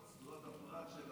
סגלוביץ',